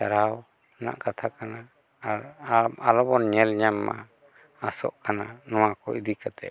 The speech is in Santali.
ᱥᱟᱨᱡᱦᱟᱣ ᱨᱮᱱᱟᱜ ᱠᱟᱛᱷᱟ ᱠᱟᱱᱟ ᱟᱨ ᱟᱞᱚᱵᱚᱱ ᱧᱮᱞ ᱧᱟᱢ ᱢᱟ ᱟᱥᱚᱜ ᱠᱟᱱᱟ ᱱᱚᱣᱟ ᱠᱚ ᱤᱫᱤ ᱠᱟᱛᱮᱫ